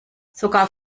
sogar